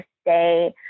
stay